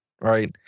right